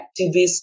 activists